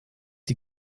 die